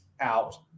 out